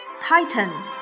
Titan